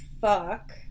fuck